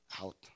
out